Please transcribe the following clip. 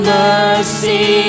mercy